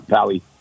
Pally